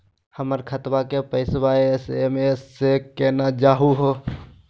हमर खतवा के पैसवा एस.एम.एस स केना जानहु हो?